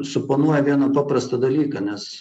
suponuoja vieną paprastą dalyką nes